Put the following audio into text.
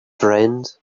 friend